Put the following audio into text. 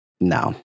No